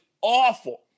awful